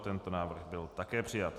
Tento návrh byl také přijat.